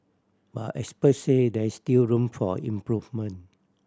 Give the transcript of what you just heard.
but experts say there is still room for improvement